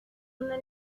una